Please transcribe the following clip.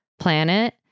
planet